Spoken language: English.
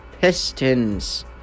Pistons